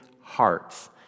hearts